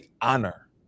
honor